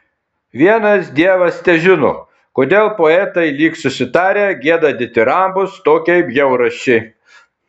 vienas dievas težino kodėl poetai lyg susitarę gieda ditirambus tokiai bjaurasčiai